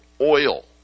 oil